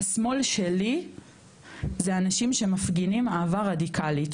השמאל שלי זה אנשים שמפגינים אהבה רדיקאלית,